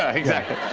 ah exactly.